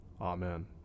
Amen